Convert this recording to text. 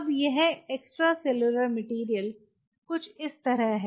अब यह extracellular material कुछ इस तरह है